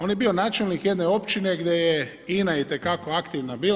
On je bio načelnik jedne općine gdje je INA itekako aktivna bila.